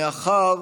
מאחר